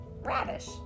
radish